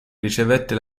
ricevette